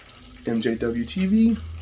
MJWTV